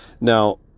Now